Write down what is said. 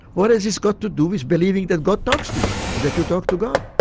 what has this got to do with believing that god talks to you or that you talk to god?